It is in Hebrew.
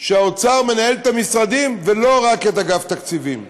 שהאוצר מנהל את המשרדים, ולא רק את אגף תקציבים.